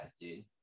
dude